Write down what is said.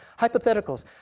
Hypotheticals